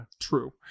True